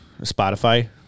Spotify